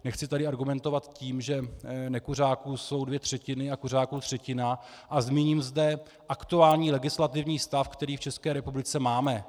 Nechci tady argumentovat tím, že nekuřáků jsou dvě třetiny a kuřáků třetina a zmíním zde aktuální legislativní stav, který v ČR máme.